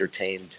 entertained